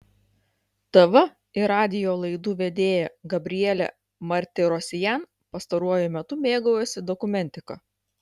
tv ir radijo laidų vedėja gabrielė martirosian pastaruoju metu mėgaujasi dokumentika